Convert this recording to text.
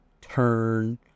turn